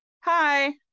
hi